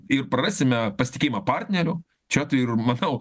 ir prarasime pasitikėjimą partneriu čia tai ir matau